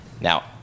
Now